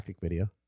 video